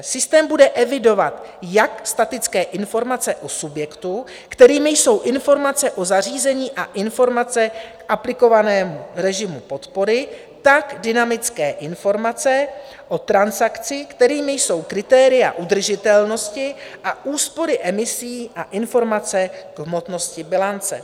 Systém bude evidovat jak statické informace u subjektů, kterými jsou informace o zařízení a informace k aplikovanému režimu podpory, tak dynamické informace o transakci, kterými jsou kritéria udržitelnosti a úspory emisí a informace k hmotnosti bilance.